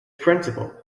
principal